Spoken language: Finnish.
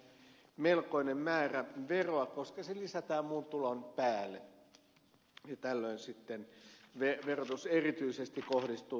siitä menee melkoinen määrä veroa koska se lisätään muun tulon päälle ja tällöin sitten verotus erityisesti kohdistuu tähän hoitopalkkioon